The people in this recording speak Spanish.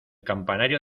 campanario